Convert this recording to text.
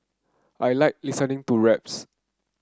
I like listening to raps